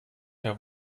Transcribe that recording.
herr